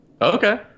Okay